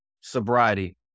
sobriety